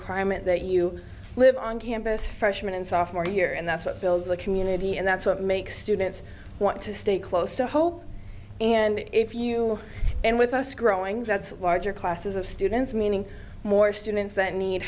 requirement that you live on campus freshman and sophomore year and that's what builds a community and that's what makes students want to stay close to hope and if you end with us growing that's larger classes of students meaning more students that need